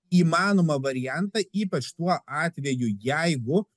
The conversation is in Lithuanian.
įmanomą variantą ypač tuo atveju jeigu